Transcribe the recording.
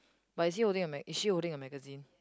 but is he holding a mag~ is she holding a magazine